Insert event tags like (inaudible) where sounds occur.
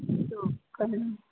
(unintelligible)